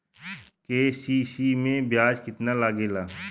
KCC में ब्याज कितना लागेला?